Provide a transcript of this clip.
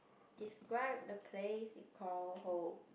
describe the place you call home